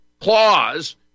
clause